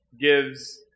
gives